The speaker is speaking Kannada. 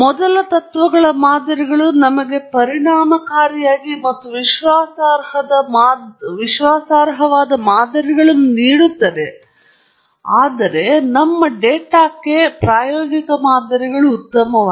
ಮೊದಲ ತತ್ವಗಳ ಮಾದರಿಗಳು ನಮಗೆ ಪರಿಣಾಮಕಾರಿಯಾಗಿ ಮತ್ತು ವಿಶ್ವಾಸಾರ್ಹವಾದ ಮಾದರಿಗಳನ್ನು ನೀಡುತ್ತವೆ ಆದರೆ ನಿಮ್ಮ ಡೇಟಾವನ್ನು ಪ್ರಾಯೋಗಿಕ ಮಾದರಿಗಳು ಉತ್ತಮವಾಗಿವೆ